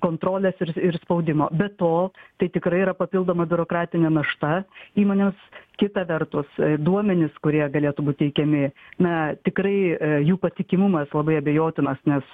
kontrolės ir ir spaudimo be to tai tikrai yra papildoma biurokratinė našta įmonėms kita vertus duomenys kurie galėtų būt teikiami na tikrai jų patikimumas labai abejotinas nes